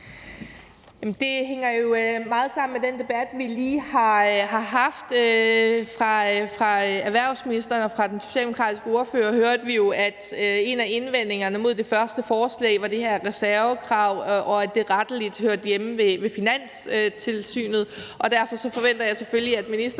her hænger meget sammen med den debat, vi lige har haft. Fra erhvervsministeren og fra den socialdemokratiske ordfører hørte vi jo, at en af indvendingerne mod det forrige forslag var det her reservekrav, og at det rettelig hørte hjemme i Finanstilsynet, og derfor forventer jeg selvfølgelig, at ministeren